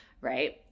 right